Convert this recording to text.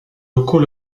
locaux